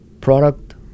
product